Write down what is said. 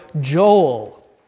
Joel